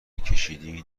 کشیدین